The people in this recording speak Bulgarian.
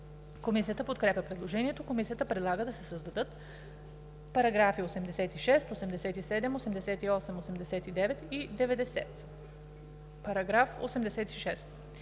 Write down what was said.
Комисията подкрепя предложението. Комисията предлага да се създадат параграфи 86, 87, 88, 89 и 90: „§ 86.